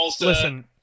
listen